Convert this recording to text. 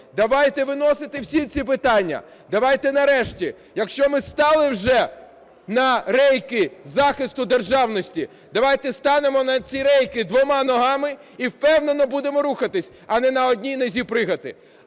Давайте виносити всі ці питання, давайте нарешті, якщо ми стали вже на рейки захисту державності, давайте станемо на ці рейки двома ногами і впевнено будемо рухатися, а не на одній нозі пригати.